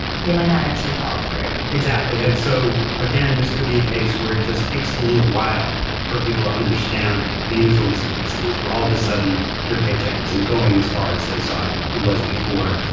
they might not actually follow through. exactly. and so again, this could be a case where it just takes a little while for people to understand the influence of these these things, where all of a sudden their paycheck isn't going as far as they saw it was before,